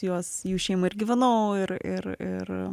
juos jų šeima ir gyvenau ir ir ir